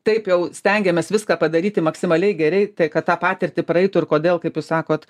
taip jau stengiamės viską padaryti maksimaliai gerei tai kad tą patirtį praeitų ir kodėl kaip jūs sakot